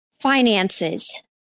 Finances